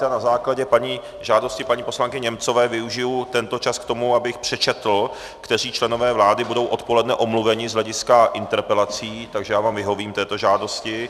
Na základě žádosti paní poslankyně Němcové využiji tento čas k tomu, abych přečetl, kteří členové vlády budou odpoledne omluveni z hlediska interpelací, takže vyhovím této žádosti.